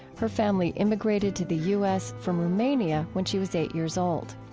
her family immigrated to the u s. from romania when she was eight years old.